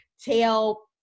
tell